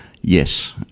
Yes